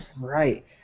Right